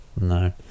no